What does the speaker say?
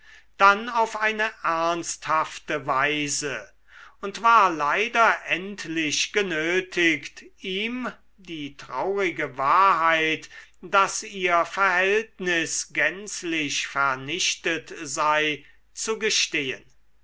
dann auf eine ernsthafte weise und war leider endlich genötigt ihm die traurige wahrheit daß ihr verhältnis gänzlich vernichtet sei